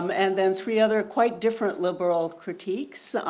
um and then three other quite different liberal critiques,